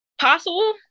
possible